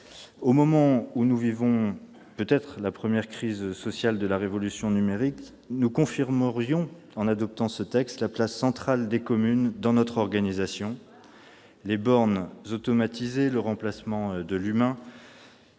Au moment où nous vivons peut-être la première crise sociale de la révolution numérique, nous confirmerions, en adoptant ce texte, la place centrale des communes dans notre organisation territoriale. Les bornes automatisées, le remplacement de l'humain,